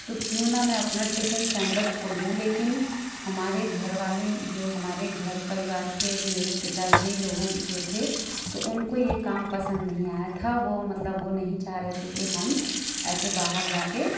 तो क्यों ना मैं अपना टिफिन सेंटर खोलूं लेकिन हमारे घर वाले जो हमारे घर परिवार के मेरे पिता जी लोगों को जो थे तो उनको ये काम पसंद नहीं आया था वो मतलब वो नहीं चाह रहे थे कि हम ऐसे बाहर जाके